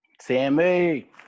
Sammy